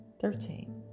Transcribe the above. Thirteen